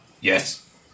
Yes